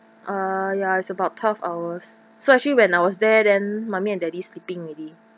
uh ya is about twelve hours so actually when I was there then mummy and daddy sleeping already